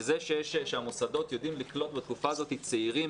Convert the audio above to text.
שזה שהמוסדות יודעים לקלוט בתקופה הזאת צעירים,